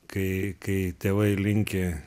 kai kai tėvai linki